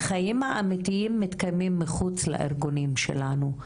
החיים האמיתיים מתקיימים מחוץ לארגונים שלנו,